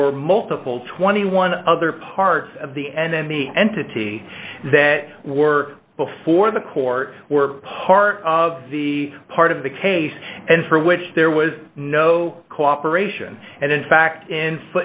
were multiple twenty one other parts of the enemy entity that were before the court were part of the part of the case and for which there was no cooperation and in fact